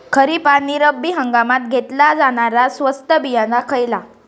खरीप आणि रब्बी हंगामात घेतला जाणारा स्वस्त बियाणा खयला?